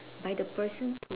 by the person to